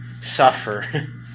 suffer